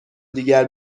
دیگر